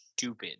stupid